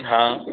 हा